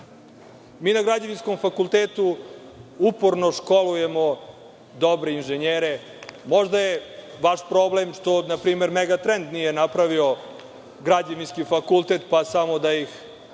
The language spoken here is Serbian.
na Građevinskom fakultetu uporno školujemo dobre inženjere. Možda je problem što npr. Megatrend nije napravio građevinski fakultet, pa samo da ih